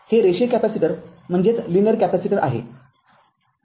'हे रेषीय कॅपेसिटर आहे